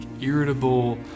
irritable